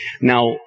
Now